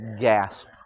gasp